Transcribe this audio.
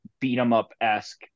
beat-em-up-esque